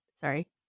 Sorry